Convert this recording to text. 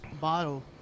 bottle